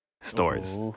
stores